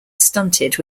stunted